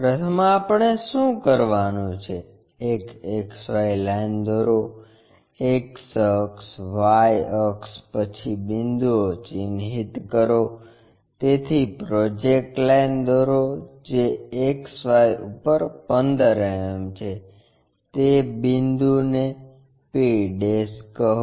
પ્રથમ આપણે શું કરવાનું છે એક XY લાઇન દોરો X અક્ષ Y અક્ષ પછી બિંદુઓ ચિહ્નિત કરો તેથી પ્રોજેક્ટર લાઇન દોરો જે XY ઉપર 15 mm છે તે બિંદુ ને p કહો